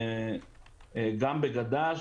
גם בגד"ש,